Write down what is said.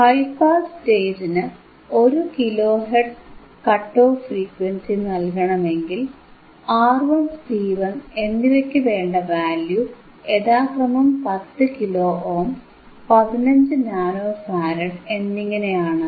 high pass സ്റ്റേജിന് 1 kilo hertz cut off frequency നൽകണമെങ്കിൽ R1 C1 എന്നിവയ്ക്കുവേണ്ട വാല്യൂ യഥാക്രമം 10 കിലോ ഓം 15 നാനോ ഫാരഡ് എന്നിങ്ങനെയാണ്